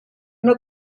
una